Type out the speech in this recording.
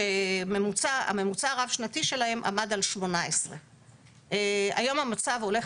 שהממוצע הרב שנתי שלהן עמד על 18. היום המצב הולך